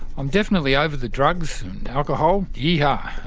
i'm definitely over the drugs and alcohol. yee ha.